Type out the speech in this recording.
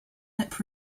lip